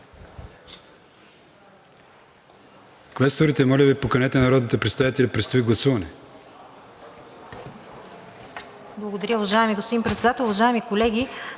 Квесторите, моля Ви, поканете народните представители, предстои гласуване.